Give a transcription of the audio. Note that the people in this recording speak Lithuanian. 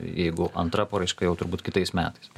jeigu antra paraiška jau turbūt kitais metais